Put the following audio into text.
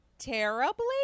terribly